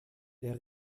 der